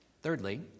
Thirdly